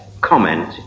comment